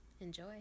Enjoy